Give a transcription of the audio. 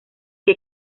que